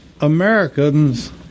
Americans